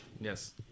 Yes